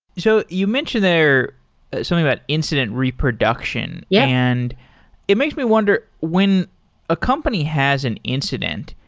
so you mentioned there something about incident reproduction. yeah and it makes me wonder, when a company has an incident,